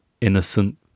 innocent